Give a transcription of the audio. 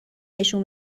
نشون